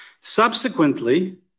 Subsequently